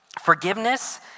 Forgiveness